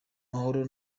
mahoro